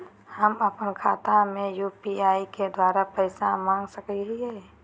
हम अपन खाता में यू.पी.आई के द्वारा पैसा मांग सकई हई?